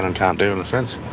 and can't do, in a sense,